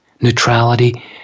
neutrality